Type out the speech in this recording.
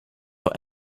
for